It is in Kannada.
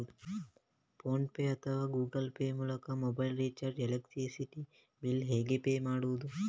ಫೋನ್ ಪೇ ಅಥವಾ ಗೂಗಲ್ ಪೇ ಮೂಲಕ ಮೊಬೈಲ್ ರಿಚಾರ್ಜ್, ಎಲೆಕ್ಟ್ರಿಸಿಟಿ ಬಿಲ್ ಹೇಗೆ ಪೇ ಮಾಡುವುದು?